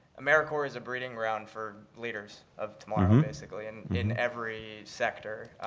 americorps is a breeding ground for leaders of tomorrow, basically, and in every sector,